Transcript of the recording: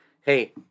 hey